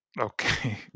Okay